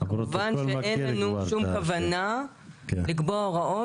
מכיוון שאין לנו שום כוונה לקבוע הוראות